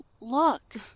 look